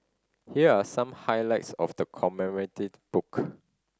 here are some highlights of the commemorative book